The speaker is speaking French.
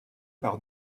par